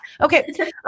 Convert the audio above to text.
Okay